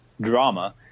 drama